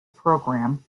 program